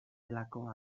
delako